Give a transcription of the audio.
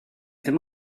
ddim